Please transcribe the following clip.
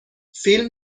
فیلم